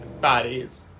bodies